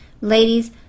Ladies